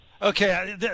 Okay